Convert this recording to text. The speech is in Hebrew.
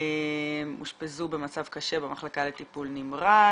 אושפזו במצב קשה במחלקה לטפול נמרץ.